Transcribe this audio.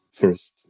first